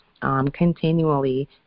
continually